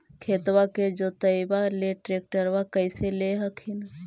खेतबा के जोतयबा ले ट्रैक्टरबा कैसे ले हखिन?